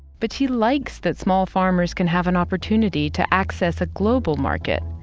but she likes that small farmers can have an opportunity to access a global market.